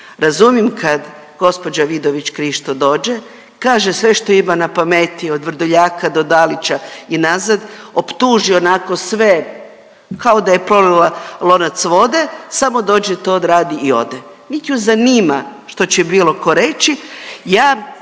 Razumijem kad gđa. Vidović Krišto dođe, kaže sve što ima na pameti od Vrdoljaka do Dalića i nazad, optuži onako sve kao da je prolila lonac vode, samo dođe, to odradi i ode, nit ju zanima što će bilo ko reći.